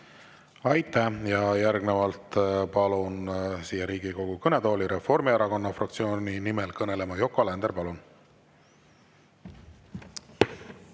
Aitäh! Järgnevalt palun siia Riigikogu kõnetooli Reformierakonna fraktsiooni nimel kõnelema Yoko Alenderi. Palun!